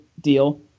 deal